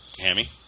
Hammy